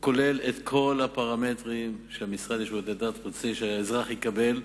היום כולל את כל הפרמטרים שהמשרד לשירותי דת רוצה שהאזרח יקבל.